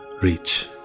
reach